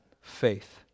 faith